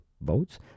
votes